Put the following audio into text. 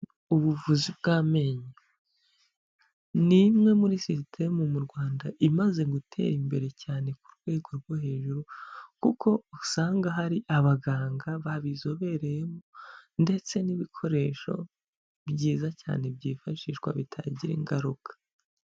Ubuvuzi bw'amenyo ni imwe muri sisitemu mu Rwanda imaze gutera imbere cyane ku rwego rwo hejuru kuko usanga hari abaganga babizobereyemo ndetse n'ibikoresho byiza cyane byifashishwa bitagira ingaruka.